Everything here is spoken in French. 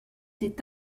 étaient